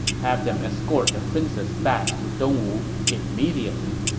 have them escort the princess back to dongwu immediately.